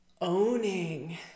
owning